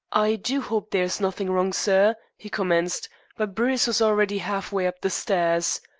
i do hope there's nothing wrong, sir, he commenced but bruce was already half-way up the stairs.